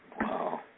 Wow